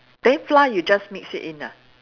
then flour you just mix it in ah